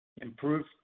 improved